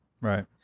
right